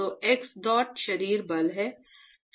तो xdot शरीर बल है